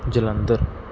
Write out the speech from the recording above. Jalandhar